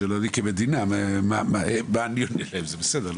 לא שזה עניין של היצע.